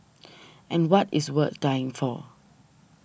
and what is worth dying for